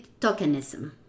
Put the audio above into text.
tokenism